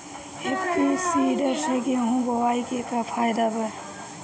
Happy seeder से गेहूं बोआई के का फायदा बा?